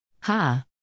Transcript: Ha